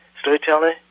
storytelling